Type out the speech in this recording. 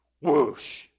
whoosh